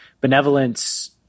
benevolence